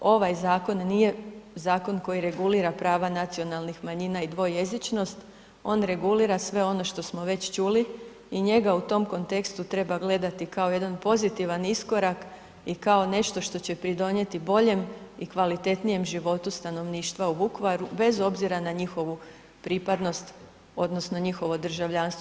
Ovaj zakon nije zakon koji regulira prava nacionalnih manjina i dvojezičnost on regulira sve ono što smo već čuli i njega u tom kontekstu treba gledati kao jedan pozitivan iskorak i kao nešto što će pridonijeti boljem i kvalitetnijem životu stanovništva u Vukovaru bez obzira na njihovu pripadnost odnosno njihovo državljanstvo.